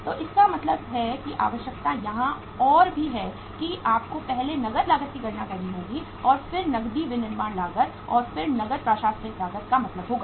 तो इसका मतलब है कि आवश्यकता यहाँ और भी है कि आपको पहले नकद लागत की गणना करनी होगी और फिर नकदी विनिर्माण लागत और फिर नकद प्रशासनिक लागत का मतलब होगा